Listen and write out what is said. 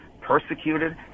persecuted